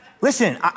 Listen